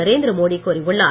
நரேந்திர மோடி கூறியுள்ளார்